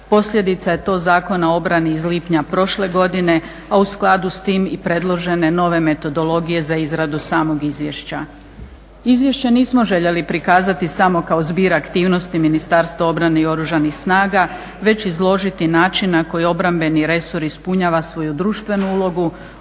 Posljedica je to Zakona o obrani iz lipnja prošle godine, a u skladu s tim i predložene nove metodologije za izradu samog izvješća. Izvješće nismo željeli prikazati samo kao zbir aktivnosti Ministarstva obrane i Oružanih snaga, već izložiti način na koji obrambeni resor ispunjava svoju društvenu ulogu